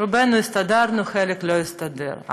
רובנו הסתדרנו, חלק לא הסתדר.